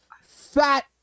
fat